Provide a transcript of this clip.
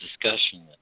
discussion